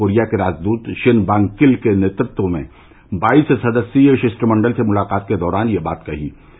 दक्षिण कोरिया के राजदूत षिन बॉन्ग किल के नेतृत्व में बाईस सदस्यीय षिश्टमंडल से मुलाकात उन्होंने के दौरान यह बात कही